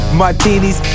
martinis